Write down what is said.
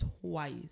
twice